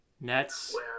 Nets